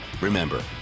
Remember